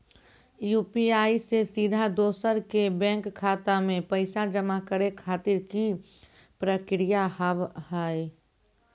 UPI से सीधा दोसर के बैंक खाता मे पैसा जमा करे खातिर की प्रक्रिया हाव हाय?